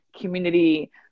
community